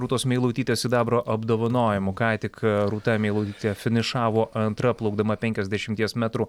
rūtos meilutytės sidabro apdovanojimu ką tik rūta meilutytė finišavo antra plaukdama penkiasdešimties metrų